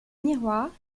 miroirs